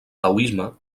taoisme